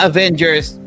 Avengers